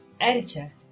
editor